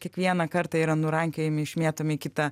kiekvieną kartą yra nurankiojami išmėtomi į kitą